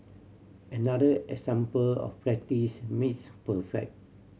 another example of practice makes perfect